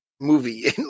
movie